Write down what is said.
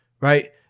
right